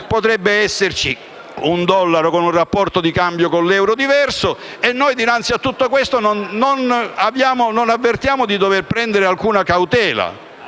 potrebbe esserci un dollaro con un rapporto di cambio con l'euro diverso. E noi, dinanzi a tutto questo, non avvertiamo di dover prendere alcuna cautela!